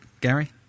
Gary